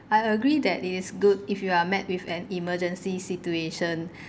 I agree that it is good if you are met with an emergency situation